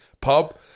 pub